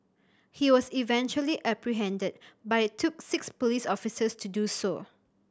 he was eventually apprehended but it took six police officers to do so